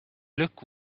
look